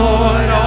Lord